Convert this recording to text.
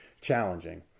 challenging